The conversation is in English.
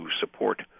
support